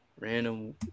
Random